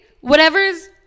Whatever's